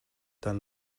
dann